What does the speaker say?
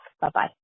bye-bye